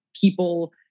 people